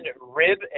Rib